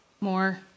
more